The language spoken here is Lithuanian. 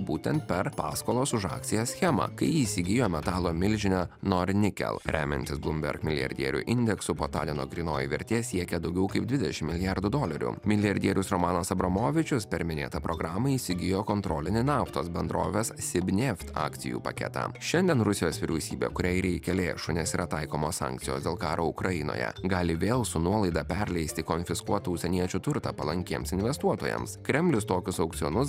būtent per paskolos už akcijas schemą kai įsigijo metalo milžinę nornikel remiantis blumberg milijardierių indeksu potanino grynoji vertė siekia daugiau kaip dvidešim milijardų dolerių milijardierius romanas abramovičius per minėtą programą įsigijo kontrolinį naftos bendrovės sibnieft akcijų paketą šiandien rusijos vyriausybė kuriai reikia lėšų nes yra taikomos sankcijos dėl karo ukrainoje gali vėl su nuolaida perleisti konfiskuotų užsieniečių turtą palankiems investuotojams kremlius tokius aukcionus